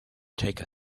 take